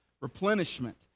replenishment